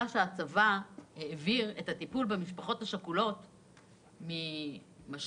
שהצבא העביר את הטיפול מידי חיילות